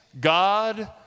God